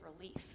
relief